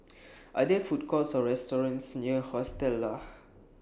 Are There Food Courts Or restaurants near Hostel Lah